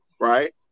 right